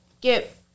get